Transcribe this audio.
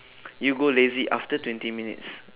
you'll go lazy after twenty minutes